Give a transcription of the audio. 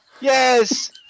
Yes